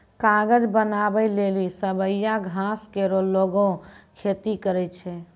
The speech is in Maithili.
कागज बनावै लेलि सवैया घास केरो लोगें खेती करै छै